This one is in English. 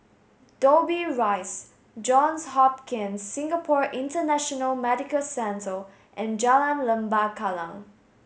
Dobbie Rise Johns Hopkins Singapore International Medical Centre and Jalan Lembah Kallang